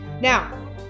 Now